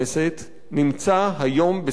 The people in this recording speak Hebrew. נמצא היום בסכנה גדולה.